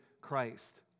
Christ